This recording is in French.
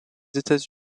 états